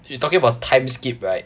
you talking about time skip right